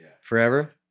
forever